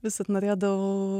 visad norėdavau